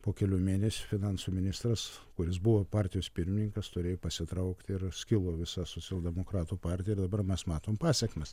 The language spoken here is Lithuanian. po kelių mėnesių finansų ministras kuris buvo partijos pirmininkas turėjo pasitraukt ir skilo visa socialdemokratų partija ir dabar mes matom pasekmes